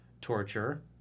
torture